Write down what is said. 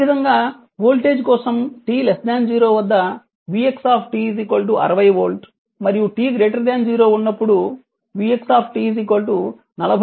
అదేవిధంగా వోల్టేజ్ కోసం t 0 వద్ద vx 60 వోల్ట్ మరియు t 0 ఉన్నప్పుడు vx 40 e 2t వోల్ట్